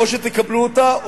או שתקבלו אותה,